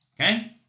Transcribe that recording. Okay